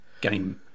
game